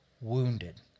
wounded